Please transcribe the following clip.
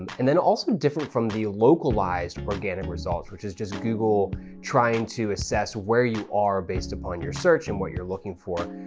and then also different from the localized organic results, which is just google trying to assess where you are based upon your search and what you're looking for.